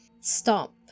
stop